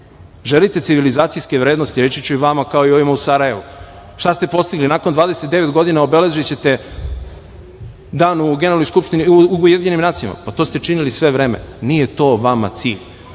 drugo? Želite civilizacijske vrednosti? Reći ću i vama, kao i ovima u Sarajevu. Šta ste postigli? Nakon 29 godina obeležićete dan u Ujedinjenim nacijama? Pa to ste činili sve vreme. Nije to vama cilj.